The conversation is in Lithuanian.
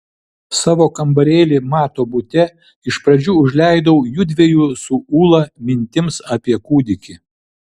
savo kambarėlį mato bute iš pradžių užleidau jųdviejų su ūla mintims apie kūdikį